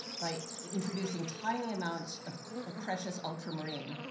by introducing tiny amounts of precious ultramarine.